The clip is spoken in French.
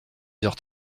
heures